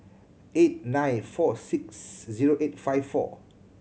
eight nine four six zero eight five four